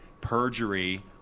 perjury